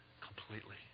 completely